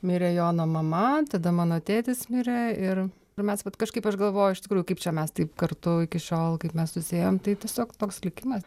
mirė jono mama tada mano tėtis mirė ir ir mes vat kažkaip aš galvoju iš tikrųjų kaip čia mes taip kartu iki šiol kaip mes susiėjom tai tiesiog toks likimas